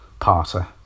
parter